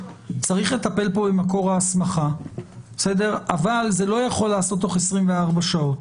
צריך לטפל פה במקור ההסמכה אבל זה לא יכול להיעשות תוך 24 שעות,